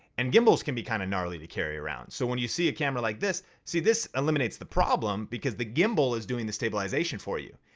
and gimbals can be kind of gnarly to carry around. so when you see a camera like this, see, this eliminates the problem because the gimbal is doing the stabilization for you.